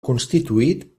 constituït